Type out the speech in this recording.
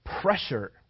pressure